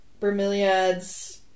bromeliads